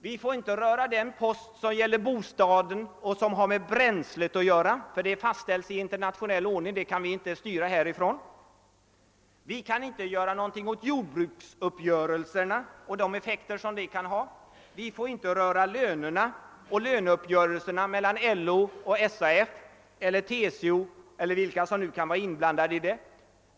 Vi får inte röra den post i bostadskostnaden som har med bränslet att göra, ty den fastställs i internationell ordning och kan inte styras härifrån. | Vi kan inte göra någonting åt jordbruksöverenskommelserna och de effekter som de kan få. Vi får inte röra lönerna och löneuppgörelserna mellan LO och TCO och SAF eller vilka som nu kan vara inblandade.